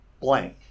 blank